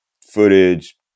footage